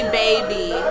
baby